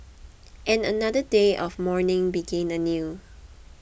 and another day of mourning begin anew